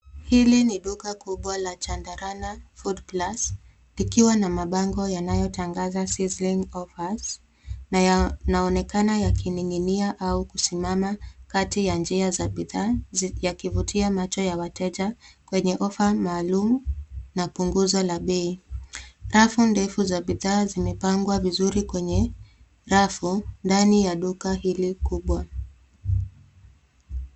Hili ni duka kubwa la chandarana foodplus likiwa na mabango yanayotangaza sizzling offers na yanaonekana yakining'inia au kusimama kati ya njia za bidhaa yakivutia macho ya wateja kwenye ofa maalum na punguzo la bei. Rafu ndefu za bidhaa zimepangwa vizuri kwenye rafu ndani ya duka hili kubwa.